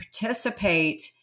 participate